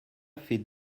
fait